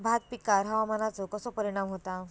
भात पिकांर हवामानाचो कसो परिणाम होता?